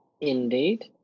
Indeed